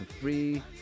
free